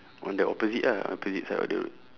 on the opposite ah opposite side of the road